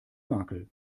makel